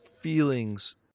Feelings